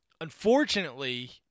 Unfortunately